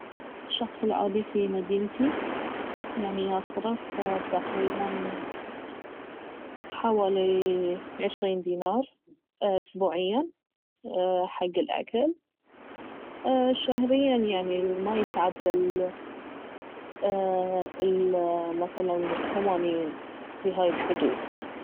الشخص العادي في مدينتي يعني يصرف تقريبا حوالي عشرين دينار أسبوعيا حق الاكل شهريا يعني ما يتعدى ال مثلا الثمانين في هاي الحدود